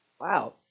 Wow